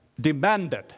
demanded